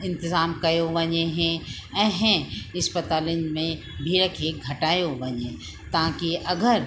इंतिज़ाम कयो वञे इहे ऐं इस्पतालुनि में भीड़ खे घटायो वञे ताकी अगरि